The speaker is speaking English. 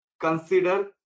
Consider